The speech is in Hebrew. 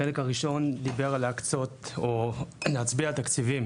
החלק הראשון דיבר על להקצות או להצביע על תקציבים